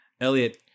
Elliot